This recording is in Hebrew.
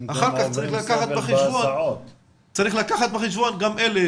אחר כך צריך לקחת בחשבון גם את אלה,